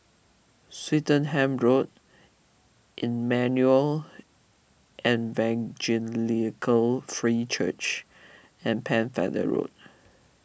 Swettenham Road Emmanuel Evangelical Free Church and Pennefather Road